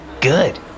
Good